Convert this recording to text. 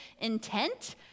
intent